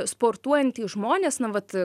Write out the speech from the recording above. sportuojantys žmonės na vat